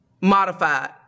modified